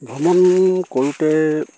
ভ্ৰমণ কৰোঁতে